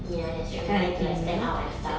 ya that's true you need to like stand out and stuff